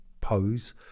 pose